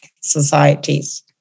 societies